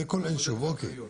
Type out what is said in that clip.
זה כל הישוב, אוקיי.